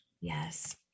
Yes